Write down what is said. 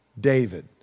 David